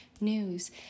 news